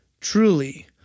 truly